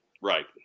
Right